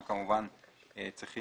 הם כמובן צריכים